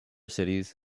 cities